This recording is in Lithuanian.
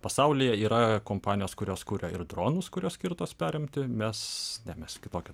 pasaulyje yra kompanijos kurios kuria ir dronus kurios skirtos perimti mes ne mes kitokią